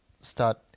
start